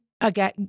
again